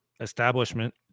establishment